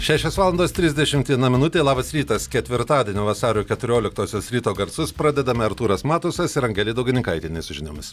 šešios valandos trisdešimt viena minutė labas rytas ketvirtadienio vasario keturioliktosios ryto garsus pradedame artūras matusas ir angelė daugininkaitienė su žiniomis